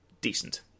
Decent